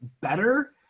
better